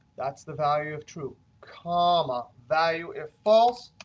that's the value of true, comma, value if false.